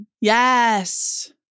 Yes